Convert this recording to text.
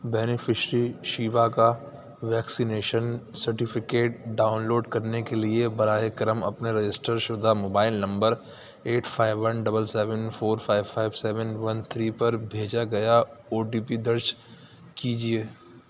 beneficiary Shiba کا vaccination certificate download کرنے کے لیے براہ کرم اپنے رجسٹر شدہ mobile number eight five one double seven four five five seven one three پر بھیجا گیا او ٹی پی درج کیجیے